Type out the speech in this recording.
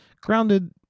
Grounded